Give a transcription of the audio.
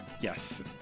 Yes